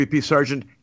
Sergeant